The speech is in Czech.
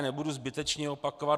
Nebudu je zbytečně opakovat.